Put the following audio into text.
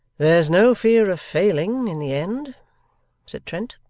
there's no fear of failing, in the end said trent.